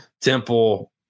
Temple